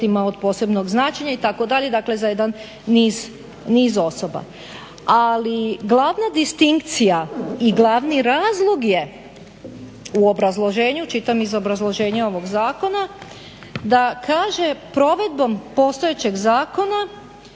od posebnog značenja itd., dakle za jedan niz osoba. Ali glavna distinkcija i glavni razlog je u obrazloženju, čitam iz obrazloženja ovog zakona, da kaže provedbom postojećeg zakona,